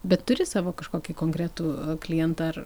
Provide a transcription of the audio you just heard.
bet turi savo kažkokį konkretų klientą ar